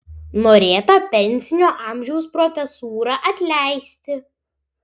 norėta pensinio amžiaus profesūrą atleisti